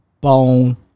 bone